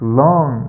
long